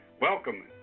Welcome